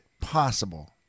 possible